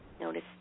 notice